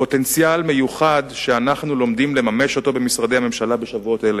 פוטנציאל מיוחד שאנחנו לומדים לממש אותו במשרדי הממשלה בשבועות אלה.